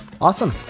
Awesome